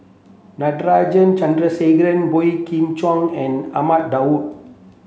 Natarajan Chandrasekaran Boey Kim Cheng and Ahmad Daud